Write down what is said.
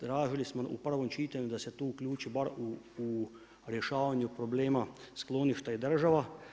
Tražili smo u prvom čitanju, da se tu uključi bar u rješavanju problema, skloništa i država.